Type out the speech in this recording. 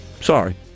Sorry